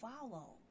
follow